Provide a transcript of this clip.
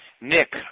Nick